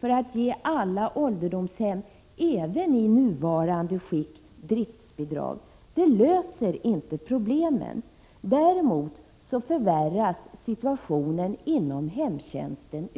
för att ge alla ålderdomshem även i nuvarande skick driftsbidrag löser inte problemen. Däremot förvärras situationen ytterligare inom hemtjänsten.